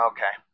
Okay